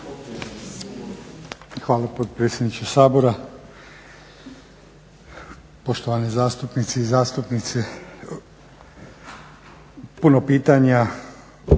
Hvala potpredsjedniče Sabora. Poštovani zastupnice i zastupnice, puno pitanja,